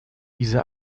diese